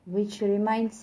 which reminds